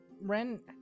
Ren